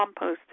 composted